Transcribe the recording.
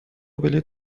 بلیط